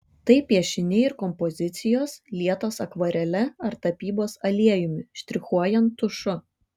tai piešiniai ir kompozicijos lietos akvarele ar tapybos aliejumi štrichuojant tušu